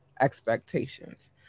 expectations